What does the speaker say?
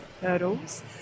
hurdles